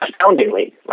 astoundingly